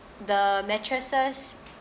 the mattresses